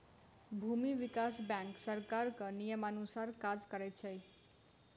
भूमि विकास बैंक सरकारक नियमानुसार काज करैत छै